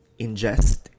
ingest